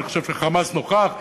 אני חושב ש"חמאס" נוכח,